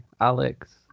alex